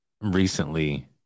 recently